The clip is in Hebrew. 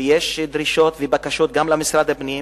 ויש דרישות ובקשות גם למשרד הפנים,